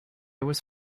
was